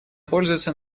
пользуется